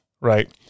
right